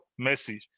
Messi